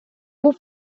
був